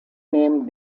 name